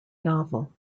novel